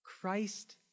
Christ